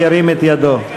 השכלה גבוהה (השכלה גבוהה,